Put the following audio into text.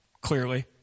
clearly